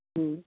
जी